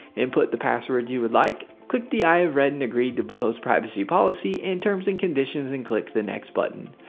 input the password you would like. click the i have read and agreed to bluehost's privacy policy and terms and condition and click the next button.